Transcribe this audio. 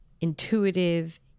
intuitive